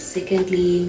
Secondly